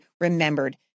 remembered